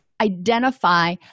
identify